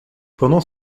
pendant